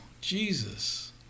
Jesus